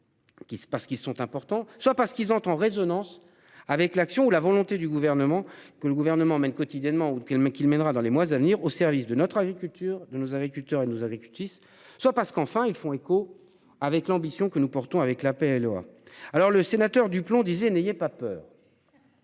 parce qui sont importants, soit parce qu'ils entrent en résonance avec l'action ou la volonté du gouvernement que le gouvernement mène quotidiennement ou qui le mec qui le mènera dans les mois à venir au service de notre agriculture de nos agriculteurs et nous avec justice soit parce qu'enfin ils font écho avec l'ambition que nous portons avec l'APL. Alors, le sénateur du plomb disait n'ayez pas peur.